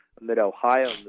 mid-ohio